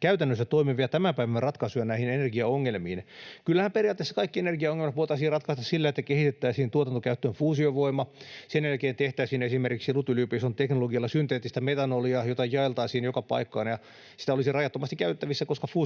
käytännössä toimivia tämän päivän ratkaisuja näihin energiaongelmiin. Kyllähän periaatteessa kaikki energiaongelmat voitaisiin ratkaista sillä, että kehitettäisiin tuotantokäyttöön fuusiovoima, sen jälkeen tehtäisiin esimerkiksi LUT-yliopiston teknologialla synteettistä metanolia, jota jaeltaisiin joka paikkaan. Sitä olisi rajattomasti käytettävissä,